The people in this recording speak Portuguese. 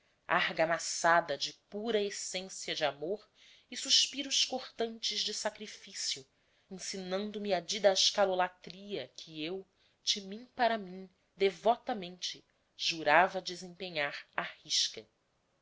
incorpórea argamassada de pura essência de amor e suspiros cortantes de sacrifício ensinando me a didascalolatria que eu de mim para mim devotamente jurava desempenhar à risca